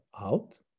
out